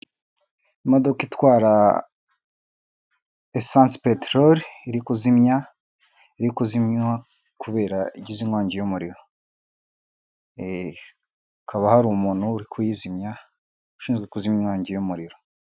Imodoka itwara esanse peteroli iri kuzimya iri kuziywa kubera igize inkongi y'umuriro, hakaba hari umuntu uri kuyizimya ushinzwe kuzimya inkongi y'umuriro.